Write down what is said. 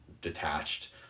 detached